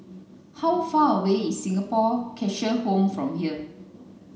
how far away is Singapore Cheshire Home from here